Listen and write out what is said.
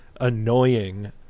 annoying